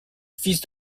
fils